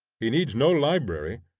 he needs no library,